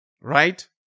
right